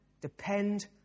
Depend